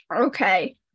Okay